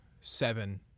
seven